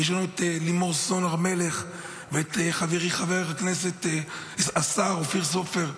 יש את לימור סון הר מלך ואת חברי השר אופיר סופר,